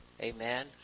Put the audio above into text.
Amen